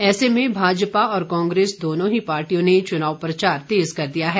ऐसे में भाजपा और कांग्रेस दोनों ही पार्टियों ने चुनाव प्रचार तेज कर दिया है